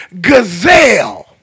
gazelle